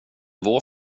vår